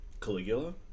caligula